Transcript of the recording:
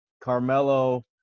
carmelo